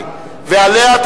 כן.